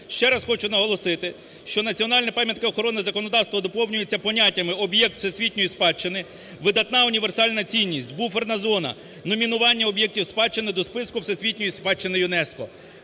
Ще раз хочу наголосити, що національна пам'ятка охорони законодавства доповнюється поняттями: "об'єкт всесвітньої спадщини", "видатна універсальна цінність", "буферна зона", "номінування об'єкта спадщини до Списку всесвітньої спадщини ЮНЕСКО".